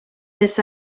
this